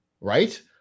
right